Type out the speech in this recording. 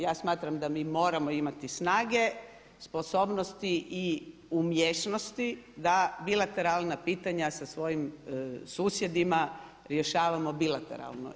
Ja smatram da mi moramo imati snage, sposobnosti i umjesnosti da bilateralna pitanja sa svojim susjedima rješavamo bilateralno.